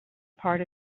part